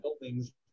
buildings